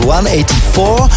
184